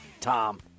Tom